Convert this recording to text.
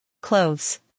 clothes